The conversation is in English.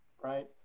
Right